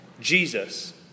Jesus